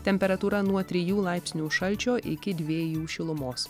temperatūra nuo trijų laipsnių šalčio iki dviejų šilumos